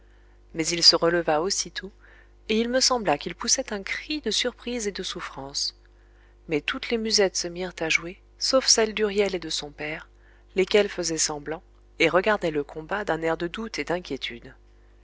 mais il se releva aussitôt et il me sembla qu'il poussait un cri de surprise et de souffrance mais toutes les musettes se mirent à jouer sauf celles d'huriel et de son père lesquels faisaient semblant et regardaient le combat d'un air de doute et d'inquiétude